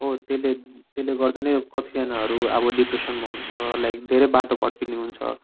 हो त्यसले त्यसले गर्दा नै कतिजनाहरू अब डिप्रेसनमा हुन्छ लाइक धेरै बाटो भड्किने हुन्छ